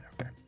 Okay